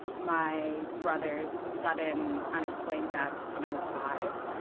my brother's sudden unexplained death when i was five.